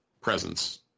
presence